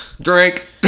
drink